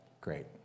Great